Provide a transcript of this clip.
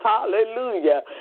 Hallelujah